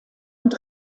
und